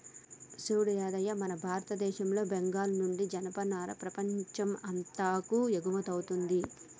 సూడు యాదయ్య మన భారతదేశంలో బెంగాల్ నుండి జనపనార ప్రపంచం అంతాకు ఎగుమతౌతుంది